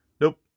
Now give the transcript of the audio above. Nope